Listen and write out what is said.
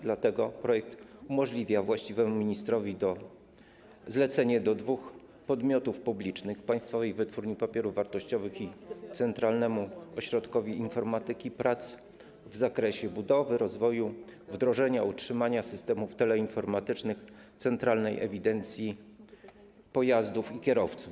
Dlatego projekt umożliwia właściwemu ministrowi zlecenie dwóm podmiotom publicznym: Polskiej Wytwórni Papierów Wartościowych i Centralnemu Ośrodkowi Informatyki prac w zakresie budowy, rozwoju, wdrożenia i utrzymania systemu teleinformatycznego Centralnej Ewidencji Pojazdów i Kierowców.